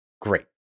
great